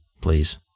please